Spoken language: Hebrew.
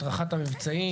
את רח"ט מבצעים,